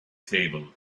table